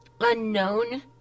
unknown